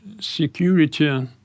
security